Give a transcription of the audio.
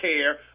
care